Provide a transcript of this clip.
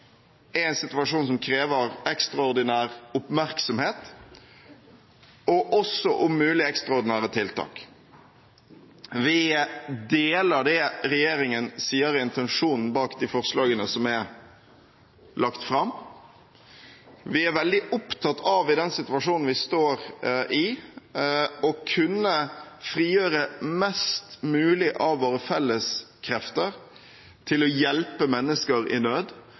en situasjon som krever ekstraordinær oppmerksomhet, og om mulig også ekstraordinære tiltak. Vi deler det regjeringen sier er intensjonen bak de forslagene som er lagt fram. Vi er veldig opptatt av – i den situasjonen vi står i – å kunne frigjøre mest mulig av våre felles krefter, til å hjelpe mennesker i nød,